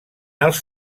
els